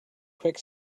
quick